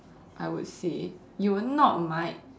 I would say you would not my